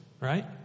right